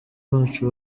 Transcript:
bacu